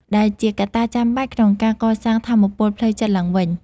ដែលជាកត្តាចាំបាច់ក្នុងការកសាងថាមពលផ្លូវចិត្តឡើងវិញ។